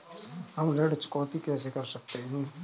हम ऋण चुकौती कैसे कर सकते हैं?